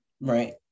Right